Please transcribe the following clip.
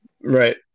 Right